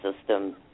System